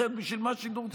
אחרת בשביל מה שידור ציבורי?